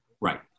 Right